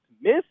miss